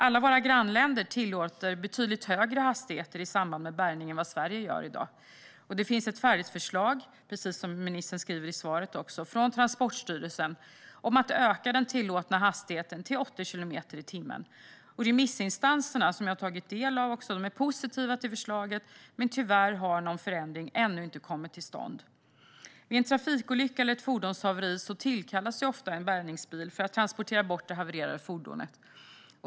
Alla våra grannländer tillåter betydligt högre hastigheter i samband med bärgning än vad Sverige gör i dag. Det finns ett färdigt förslag från Transportstyrelsen, precis som ministern säger i svaret, om att öka den tillåtna hastigheten till 80 kilometer i timmen. Remissinstanserna - jag har tagit del av deras synpunkter - är positiva till förslaget, men tyvärr har någon förändring ännu inte kommit till stånd. Vid en trafikolycka eller ett fordonshaveri tillkallas ofta en bärgningsbil för att transportera bort det havererade fordonet.